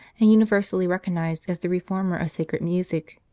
and universally recognized as the reformer of sacred music.